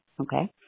okay